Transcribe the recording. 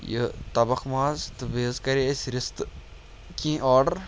یہِ تَبَکھ ماز تہٕ بیٚیہِ حظ کَرے اَسہِ رِستہٕ کیٚنٛہہ آرڈَر